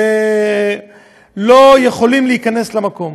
ולא יכולים להיכנס למקום.